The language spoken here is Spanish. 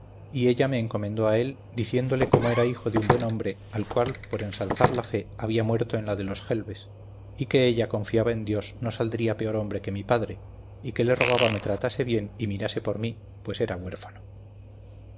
y ella me encomendó a él diciéndole como era hijo de un buen hombre el cual por ensalzar la fe había muerto en la de los gelves y que ella confiaba en dios no saldría peor hombre que mi padre y que le rogaba me tratase bien y mirase por mí pues era huérfano